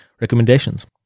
recommendations